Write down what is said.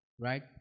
Right